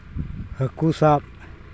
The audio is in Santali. ᱦᱟᱹᱠᱩ ᱥᱟᱵ